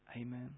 Amen